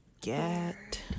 get